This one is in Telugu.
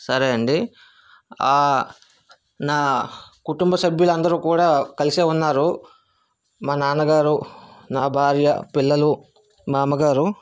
సరే అండి ఆ నా కుటుంబ సభ్యులు అందరూ కూడా కలిసే ఉన్నారు మా నాన్నగారు నా భార్య పిల్లలు మామగారు